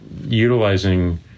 utilizing